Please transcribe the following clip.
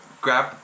grab